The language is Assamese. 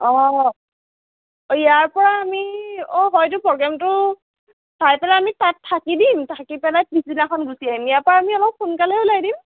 অঁ ইয়াৰ পৰা আমি অঁ হয়টো প্ৰগ্ৰেমটো চাই পেলাই আমি তাত থাকি দিম থাকি পেলাই পিছদিনাখন গুচি আহিম ইয়াৰ পৰা আমি অলপ সোনকালে ওলাই দিম